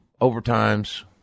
overtimes